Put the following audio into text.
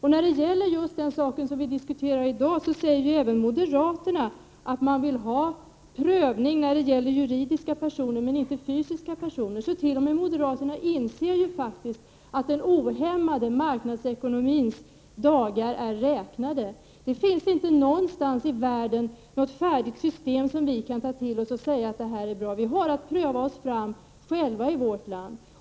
När det gäller den sak som vi diskuterar i dag, säger ju även moderaterna att man vill ha prövning beträffande juridiska personer men inte beträffande fysiska personer. T. o. m. moderaterna inser faktiskt att den ohämmade marknadsekonomins dagar är räknade. Det finns inte någonstans i världen något färdigt system som vi kan ta till oss och säga att det är bra. Vi har att pröva oss fram själva i vårt land.